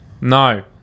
No